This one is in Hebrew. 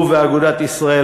הוא ואגודת ישראל,